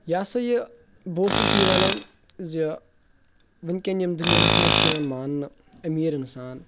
یہِ ہا سا یہِ بہٕ اوسُس یہِ وَنان زِ وُنکٮ۪ن یِم دُنیاہَس منٛز چھِ یِوان ماننہٕ أمیٖر اِنسان